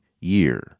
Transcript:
year